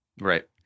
Right